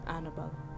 Annabelle